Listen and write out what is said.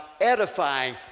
edifying